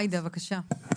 עאידה, בבקשה.